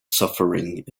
suffering